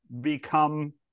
become